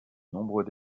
nombreux